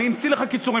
אני אמציא לך קיצורים,